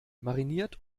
mariniert